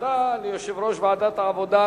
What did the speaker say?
תודה ליושב-ראש ועדת העבודה,